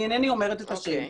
אני אינני אומרת את השם.